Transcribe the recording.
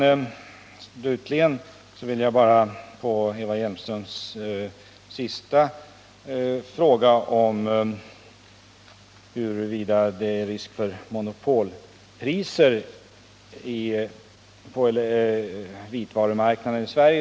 Jag vill slutligen kommentera Eva Hjelmströms sista fråga om huruvida det är risk för monopolpriser på vitvarumarknaden i Sverige.